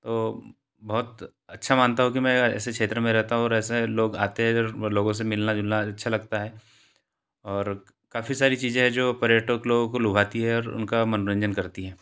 तो बहुत अच्छा मानता हूँ कि मैं ऐसे क्षेत्र में रहता हूँ और ऐसे लोग आते हैं लोगों से मिलना जुलना अच्छा लगता है और काफ़ी सारी चीज़ें हैं जो पर्यटक लोगों को लुभाती है और उनका मनोरंजन करती है